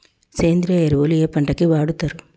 సేంద్రీయ ఎరువులు ఏ పంట కి వాడుతరు?